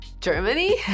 Germany